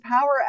Power